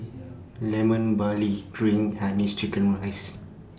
Lemon Barley Drink Hainanese Chicken Rice